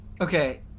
Okay